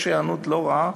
יש היענות לא רעה,